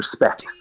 respect